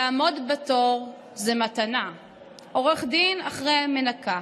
"לעמוד בתור זו מתנה / עורך דין אחרי מנקה,